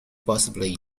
possibly